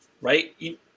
right